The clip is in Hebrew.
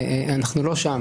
אנחנו לא שם.